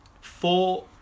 four